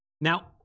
Now